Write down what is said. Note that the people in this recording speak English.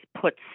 puts